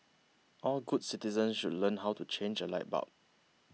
all good citizens should learn how to change a light bulb